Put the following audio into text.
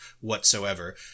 whatsoever